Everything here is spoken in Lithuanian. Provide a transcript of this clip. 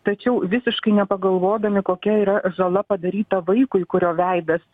tačiau visiškai nepagalvodami kokia yra žala padaryta vaikui kurio veidas